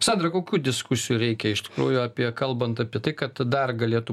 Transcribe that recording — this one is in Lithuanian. sandra kokių diskusijų reikia iš tikrųjų apie kalbant apie tai kad dar galėtų